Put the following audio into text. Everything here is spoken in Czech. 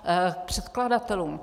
K předkladatelům.